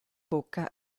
bocca